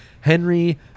Henry